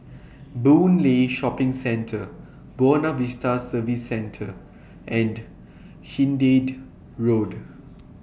Boon Lay Shopping Centre Buona Vista Service Centre and Hindhede Road